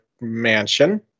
mansion